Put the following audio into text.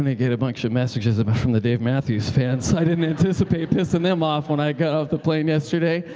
and get a bunch of messages but from the dave matthews fans. i didn't anticipate pissing them off when i got off the plane yesterday.